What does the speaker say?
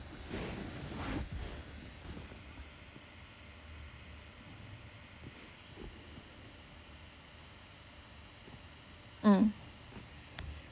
mm